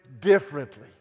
differently